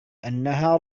أنها